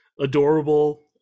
adorable